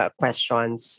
questions